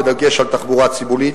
בדגש על תחבורה ציבורית,